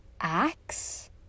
axe